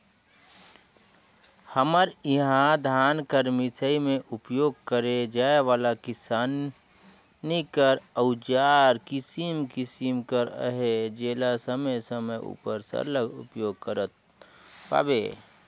हमर इहा धान कर मिसई मे उपियोग करे जाए वाला किसानी कर अउजार किसिम किसिम कर अहे जेला समे समे उपर सरलग उपियोग करत पाबे